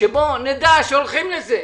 שבו נדע שהולכים לזה.